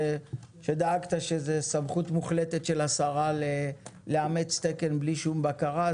שדאגתה שזו סמכות מוחלטת של השרה לאמץ תקן בלי שום בקרה,